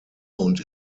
und